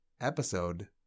episode—